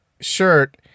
shirt